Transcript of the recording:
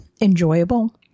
enjoyable